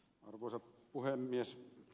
arvoisa puhemies